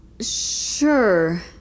Sure